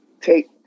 take